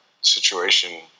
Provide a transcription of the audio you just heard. situation